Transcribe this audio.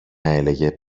έλεγε